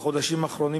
בחודשים האחרונים,